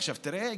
עכשיו תראה,